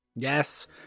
Yes